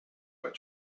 but